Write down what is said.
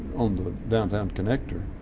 on the downtown connector,